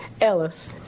Ellis